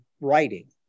writing